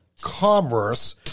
commerce